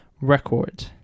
Record